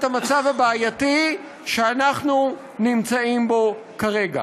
המצב הבעייתי שאנחנו נמצאים בו כרגע.